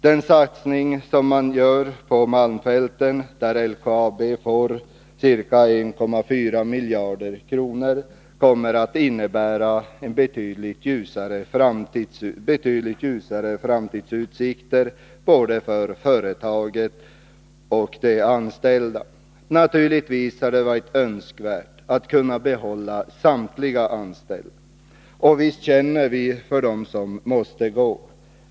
Den satsning som görs på malmfälten, där LKAB får ca 1,4 miljarder kronor, kommer att innebära betydligt ljusare framtidsutsikter både för företaget och för de anställda. Naturligtvis hade det varit önskvärt att man kunnat behålla samtliga anställda, och visst känner vi för dem som måste gå.